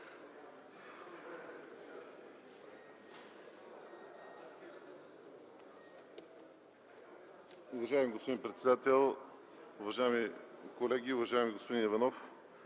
Уважаеми господин председател, уважаеми колеги! Уважаеми господин Иванов,